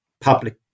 public